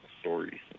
stories